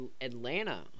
Atlanta